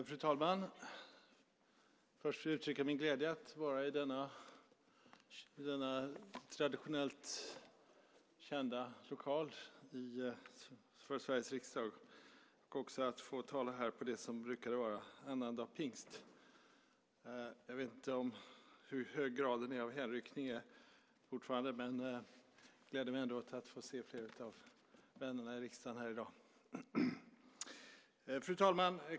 Fru talman! Först vill jag uttrycka min glädje över att vara i denna traditionellt kända lokal i Sveriges riksdag och också över att få tala här på det som brukar vara annandag pingst. Jag vet inte hur hög graden av hänryckning fortfarande är men gläder mig ändå över att få se flera av vännerna här i riksdagen i dag. Fru talman!